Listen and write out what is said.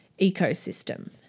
ecosystem